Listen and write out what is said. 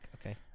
Okay